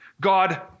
God